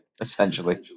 Essentially